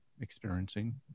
experiencing